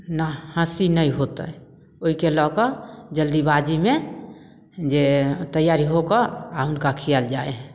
नहि हँसी नहि होतै ओहिके लऽ कऽ जल्दीबाजीमे जे तैआरी होकऽ आओर हुनका खिआएल जाइ हइ